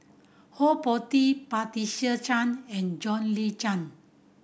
Ho Po Tee Patricia Chan and John Le